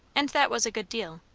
and that was a good deal.